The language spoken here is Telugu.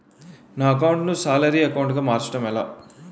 నా అకౌంట్ ను సాలరీ అకౌంట్ గా మార్చటం ఎలా?